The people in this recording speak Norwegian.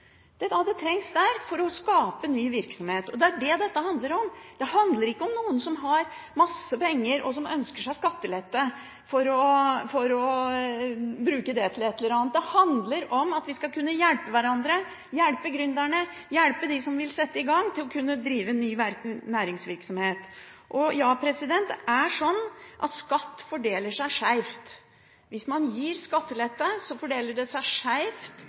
der for å skape ny virksomhet. Det er det dette handler om. Det handler ikke om noen som har masse penger, og som ønsker seg skattelette for å bruke det til et eller annet. Det handler om at vi skal kunne hjelpe hverandre, hjelpe gründerne, hjelpe dem som vil sette i gang, til å kunne drive ny næringsvirksomhet. Og ja, skatt fordeler seg skeivt. Hvis man gir skattelette, fordeler det seg